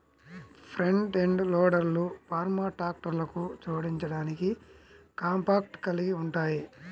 front end లోడర్లు farm ట్రాక్టర్లకు జోడించడానికి కాంపాక్ట్ కలిగి ఉంటాయి